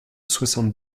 soixante